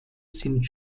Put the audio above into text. sind